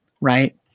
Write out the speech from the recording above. right